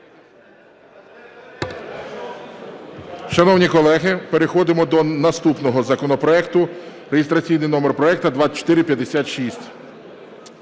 Шановні колеги, переходимо до наступного законопроекту (реєстраційний номер проекту 2456)